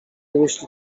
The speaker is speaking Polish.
jeśli